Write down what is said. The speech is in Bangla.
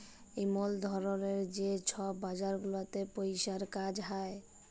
এমল ধরলের যে ছব বাজার গুলাতে পইসার কাজ হ্যয়